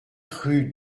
rue